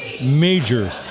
major